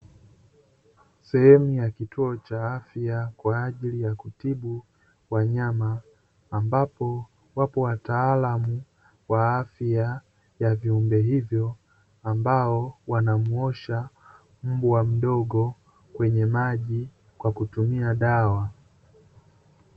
Sehemu ya kituo cha afya kwa ajili ya kutibu wanyama, ambapo wapo wataalamu wa afya ya viumbe hivyo ambao wanamuosha mbwa mdogo kwenye maji kwa kutumia dawa.